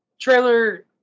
trailer